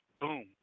Boom